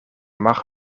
mag